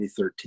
2013